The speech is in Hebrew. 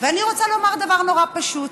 ואני רוצה לומר דבר נורא פשוט.